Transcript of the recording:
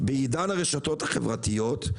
בעידן הרשתות החברתיות,